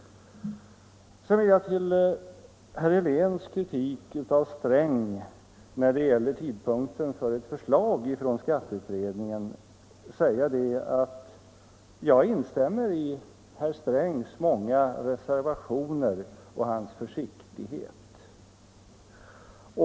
Med anledning av herr Heléns kritik av herr Sträng när det gäller tidpunkten för ett förslag från skatteutredningen vill jag säga, att jag instämmer i herr Strängs många reservationer och delar hans försiktighet.